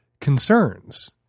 concerns